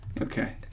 Okay